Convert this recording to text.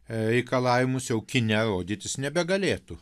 reikalavimus jau kine rodytis nebegalėtų